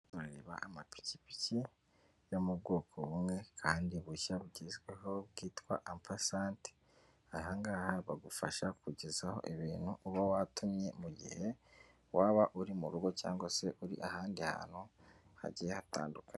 Reba amapipiki yo mu bwoko bumwe kandi bushya bugezweho bwitwa ampasante, ahangaha bagufasha kugezaho ibintu uba watumye mu gihe waba uri mu rugo cyangwa se uri ahandi hantu hagiye hatandukanye.